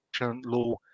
law